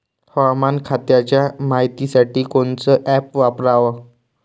हवामान खात्याच्या मायतीसाठी कोनचं ॲप वापराव?